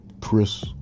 Chris